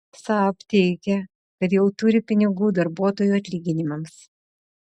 saab teigia kad jau turi pinigų darbuotojų atlyginimams